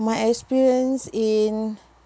my experience in